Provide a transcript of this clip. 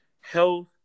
health